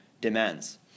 demands